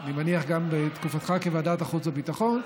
אני מניח שגם בתקופתך בוועדת החוץ והביטחון.